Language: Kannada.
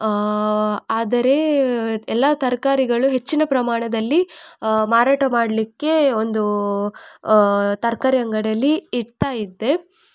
ಆದರೆ ಎಲ್ಲ ತರಕಾರಿಗಳು ಹೆಚ್ಚಿನ ಪ್ರಮಾಣದಲ್ಲಿ ಮಾರಾಟ ಮಾಡಲಿಕ್ಕೆ ಒಂದು ತರಕಾರಿ ಅಂಗಡಿಯಲ್ಲಿ ಇಡ್ತಾ ಇದ್ದೆ